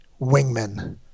wingmen